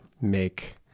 make